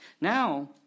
Now